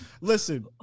Listen